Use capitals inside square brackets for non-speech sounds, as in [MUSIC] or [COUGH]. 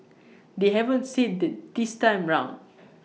[NOISE] they haven't said that this time round [NOISE]